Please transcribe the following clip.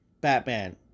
Batman